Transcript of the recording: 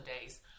days